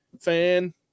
fan